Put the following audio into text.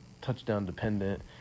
touchdown-dependent